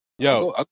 Yo